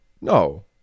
No